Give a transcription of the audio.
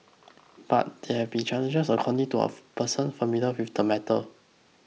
but there have been challenges according to a person familiar with the matter